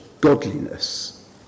godliness